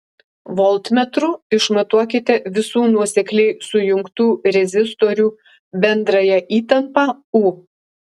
voltmetru išmatuokite visų nuosekliai sujungtų rezistorių bendrąją įtampą u